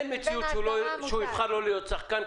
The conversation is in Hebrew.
אין מציאות שבזק תבחר לא להיות שחקנית,